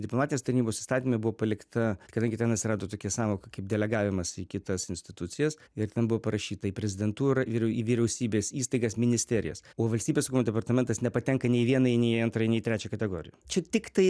diplomatinės tarnybos įstatyme buvo palikta kadangi ten atsirado tokia sąvoka kaip delegavimas į kitas institucijas ir ten buvo parašyta į prezidentūrą ir į vyriausybės įstaigas ministerijas o valstybės saugumo departamentas nepatenka nei į vieną nei į antrą nei į trečią kategoriją čia tiktai